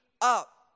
up